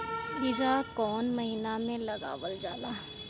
खीरा कौन महीना में लगावल जाला?